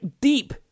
deep